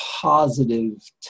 positive